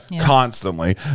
constantly